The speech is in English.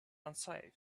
unsafe